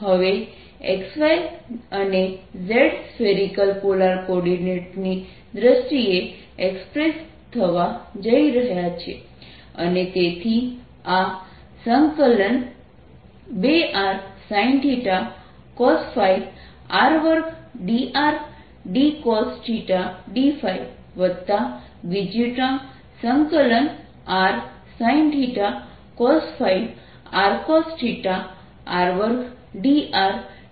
હવે x y અને z spherical polar coordinates ની દ્રષ્ટિએ એક્સપ્રેસ થવા જઈ રહ્યા છે અને તેથી આ 2r sinθcosϕr2drdcosθdϕ બીજી ટર્મ rsinθcosϕrcosθr2drdcosθdϕ છે